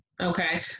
Okay